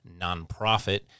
nonprofit